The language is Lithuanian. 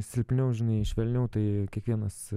silpniau žinai švelniau tai kiekvienas